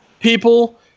people